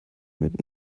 mit